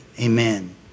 amen